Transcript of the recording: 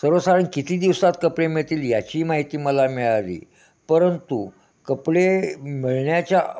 सर्वसाधारण किती दिवसात कपडे मिळतील याची माहिती मला मिळाली परंतु कपडे मिळण्याच्या